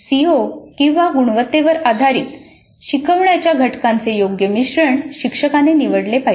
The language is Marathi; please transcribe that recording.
सिओ किंवा गुणवत्तेवर आधारित शिकवण्याच्या घटकांचे योग्य मिश्रण शिक्षकाने निवडले पाहिजे